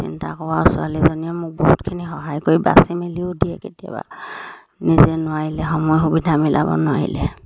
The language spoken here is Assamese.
চিন্তা কৰাৰ ছোৱালীজনীয়ে মোক বহুতখিনি সহায় কৰি বাচি মেলিও দিয়ে কেতিয়াবা নিজে নোৱাৰিলে সময় সুবিধা মিলাব নোৱাৰিলে